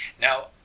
Now